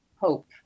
Hope